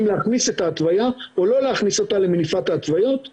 לקראת משהו חדש,